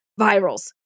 virals